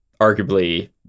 arguably